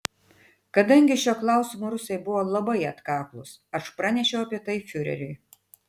kadangi šiuo klausimu rusai buvo labai atkaklūs aš pranešiau apie tai fiureriui